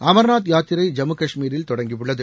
அமர்நாத் யாத்திரை ஜம்மு காஷ்மீரில் தொடங்கியுள்ளது